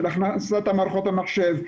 של הכנסת מערכות המחשב,